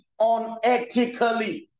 unethically